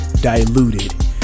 diluted